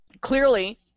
Clearly